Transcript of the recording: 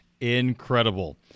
incredible